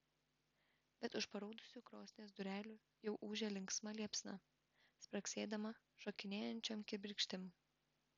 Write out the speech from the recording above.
bet už paraudusių krosnies durelių jau ūžia linksma liepsna spragsėdama šokinėjančiom kibirkštim